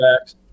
backs